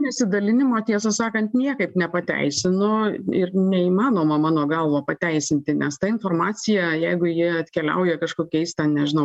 nesidalinimo tiesą sakant niekaip nepateisinu ir neįmanoma mano galva pateisinti nes ta informacija jeigu ji atkeliauja kažkokiais ten nežinau